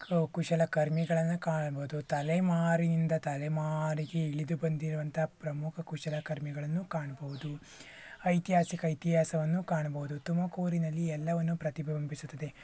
ಕುಶಲ ಕರ್ಮಿಗಳನ್ನು ಕಾಣ್ಬೋದು ತಲೆಮಾರಿನಿಂದ ತಲೆಮಾರಿಗೆ ಇಳಿದು ಬಂದಿರುವಂತಹ ಪ್ರಮುಖ ಕುಶಲ ಕರ್ಮಿಗಳನ್ನು ಕಾಣ್ಬೋದು ಐತಿಹಾಸಿಕ ಇತಿಹಾಸವನ್ನು ಕಾಣ್ಬೋದು ತುಮಕೂರಿನಲ್ಲಿ ಎಲ್ಲವನ್ನು ಪ್ರತಿಬಿಂಬಿಸುತ್ತದೆ